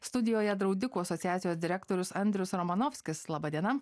studijoje draudikų asociacijos direktorius andrius romanovskis laba diena